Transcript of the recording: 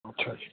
ਅੱਛਾ ਜੀ